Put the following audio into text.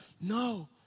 No